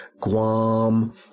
Guam